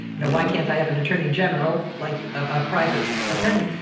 you know, why can't i have an attorney general like a private attorney?